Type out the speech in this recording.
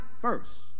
first